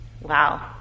wow